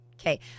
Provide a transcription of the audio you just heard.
Okay